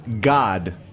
god